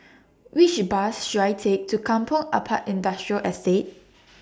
Which Bus should I Take to Kampong Ampat Industrial Estate